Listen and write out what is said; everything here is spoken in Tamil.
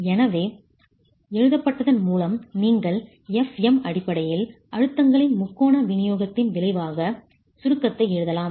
எனவே எழுதப்பட்டதன் மூலம் நீங்கள் Fm அடிப்படையில் அழுத்தங்களின் முக்கோண விநியோகத்தின் விளைவாக சுருக்கத்தை எழுதலாம்